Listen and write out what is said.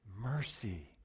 mercy